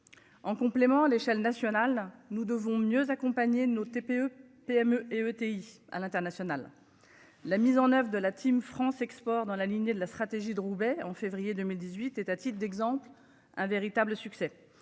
En complément, l'échelle nationale. Nous devons mieux accompagner nos TPE, PME et ETI à l'international. La mise en oeuvre de la Team France Export dans la lignée de la stratégie de Roubaix en février 2018 est à titre d'exemple, un véritable succès.